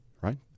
right